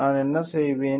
நான் என்ன செய்வேன்